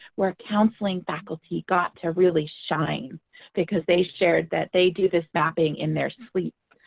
where counseling faculty got to really shine because they shared that they do this mapping in their sleep.